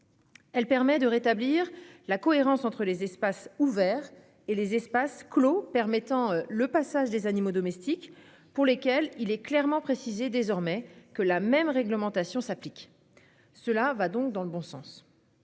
Elle permet de rétablir la cohérence entre les espaces ouverts et les espaces clos permettant le passage des animaux domestiques pour lesquels il est clairement précisé désormais que la même réglementation s'applique. Cela va donc dans le bon sens.